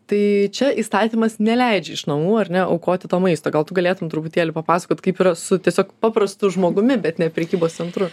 tai čia įstatymas neleidžia iš namų ar ne aukoti to maisto gal tu galėtum truputėlį papasakot kaip yra su tiesiog paprastu žmogumi bet ne prekybos centru